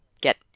get